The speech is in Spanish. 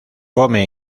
come